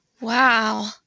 Wow